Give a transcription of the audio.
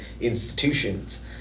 institutions